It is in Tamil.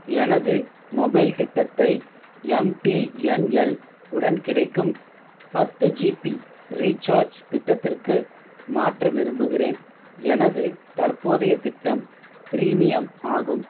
எனது மொபைல் திட்டத்தை எம்டிஎன்எல் உடன் கிடைக்கும் பத்து ஜிபி ரீசார்ஜ் திட்டத்திற்கு மாற்ற விரும்புகிறேன் எனது தற்போதைய திட்டம் ப்ரீமியம் ஆகும்